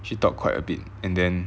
she talk quite a bit and then